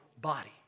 body